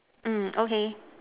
mm okay